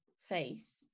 face